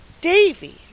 Davy